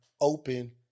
open